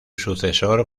sucesor